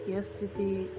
Yesterday